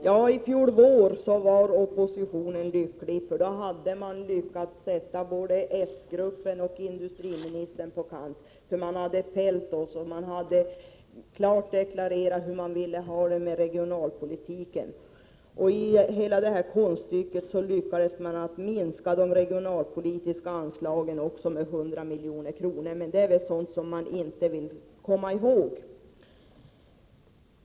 Ja, i fjol våras var oppositionen lycklig. Då hade den lyckats sätta både s-gruppen och industriministern på kant. Ni hade fällt oss och klart deklarerat hur ni ville ha det med regionalpolitiken. Och med det konststycket lyckades ni minska det regionalpolitiska stödet med 100 milj.kr. — men det är väl sådant ni inte vill komma ihåg!